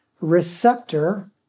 receptor